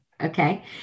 Okay